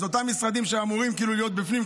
אז אותם משרדים שאמורים להיות כאילו בפנים,